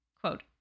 Quote